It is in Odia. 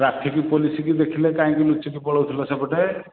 ଟ୍ରଫିକ୍ ପୁଲିସ୍କୁ ଦେଖିଲେ କାହିଁକି ଲୁଚିକି ପଳାଉଥିଲ ସେପଟେ